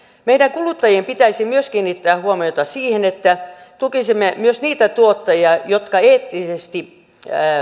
meidän kuluttajien pitäisi myös kiinnittää huomiota siihen että tukisimme myös niitä tuottajia jotka eettisesti